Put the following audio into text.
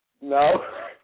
No